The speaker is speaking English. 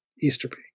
Easterby